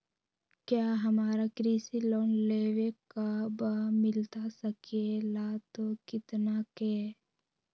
क्या हमारा कृषि लोन लेवे का बा मिलता सके ला तो कितना के?